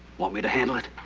want me to handle it?